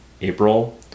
April